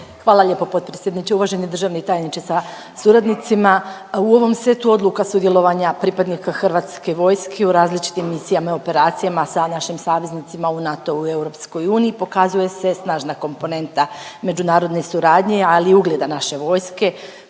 Hvala lijepo potpredsjedniče. Uvaženi državni tajniče sa suradnicima. U ovom setu odluka sudjelovanja pripadnika hrvatske vojske u različitim misijama i operacijama sa našim saveznicima u NATO-u i EU pokazuje se snažna komponenta međunarodne suradnje, ali i ugleda naše vojske